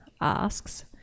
asks